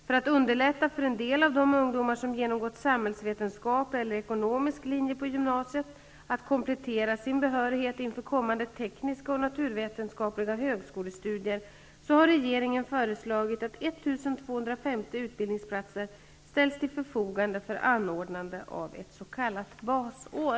För att underlätta för en del av de ungdomar som genomgått samhällsvetenskaplig eller ekonomisk linje på gymnasiet att komplettera sin behörighet inför kommande tekniska och naturvetenskapliga högskolestudier har regeringen föreslagit att 1 250 utbildningsplatser ställs till förfogande för anordnande av ett s.k. basår.